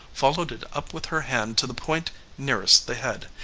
followed it up with her hand to the point nearest the head,